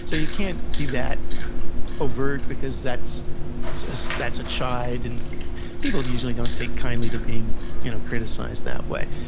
so you can't be that overt, because that's so that's a chide and people usually don't take kindly to being you know criticize that way.